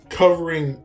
covering